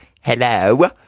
hello